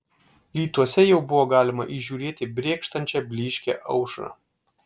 rytuose jau buvo galima įžiūrėti brėkštančią blyškią aušrą